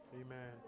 Amen